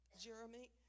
Jeremy